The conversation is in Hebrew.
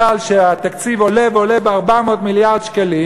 מפני שהתקציב עולה ועולה, 400 מיליארד שקלים,